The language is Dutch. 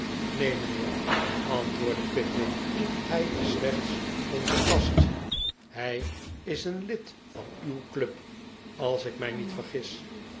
neen mijnheer antwoordde pickwick hij is si edits onze gast hij is een lid van uw club als ik mij niet vergis